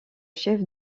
chef